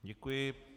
Děkuji.